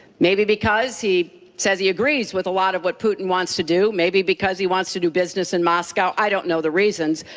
maybe because he says he agrees with a lot of what putin wants to do, maybe because he wants to do business in moscow. i don't know the reasons,